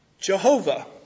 Jehovah